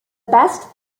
best